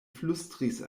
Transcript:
flustris